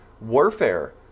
warfare